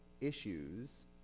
issues